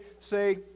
say